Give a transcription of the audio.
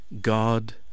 God